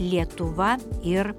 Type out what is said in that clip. lietuva ir